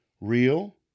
real